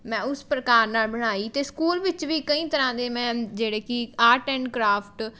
ਮੈਂ ਉਸ ਪ੍ਰਕਾਰ ਨਾਲ਼ ਬਣਾਈ ਅਤੇ ਸਕੂਲ ਵਿੱਚ ਵੀ ਕਈ ਤਰ੍ਹਾਂ ਦੇ ਮੈਂ ਜਿਹੜੇ ਕਿ ਆਰਟ ਐਂਡ ਕ੍ਰਾਫਟ